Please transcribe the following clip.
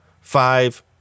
Five